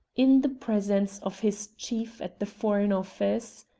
in the presence of his chief at the foreign office.